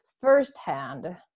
firsthand